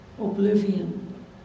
Oblivion